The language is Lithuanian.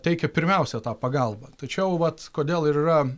teikia pirmiausia tą pagalbą tačiau vat kodėl ir yra